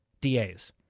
DAs